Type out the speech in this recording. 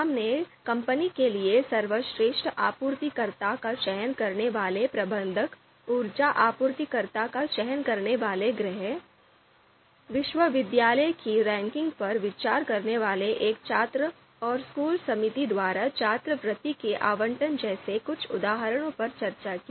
हमने कंपनी के लिए सर्वश्रेष्ठ आपूर्तिकर्ता का चयन करने वाले प्रबंधक ऊर्जा आपूर्तिकर्ता का चयन करने वाले गृह विश्वविद्यालय की रैंकिंग पर विचार करने वाले एक छात्र और स्कूल समिति द्वारा छात्रवृत्ति के आवंटन जैसे कुछ उदाहरणों पर चर्चा की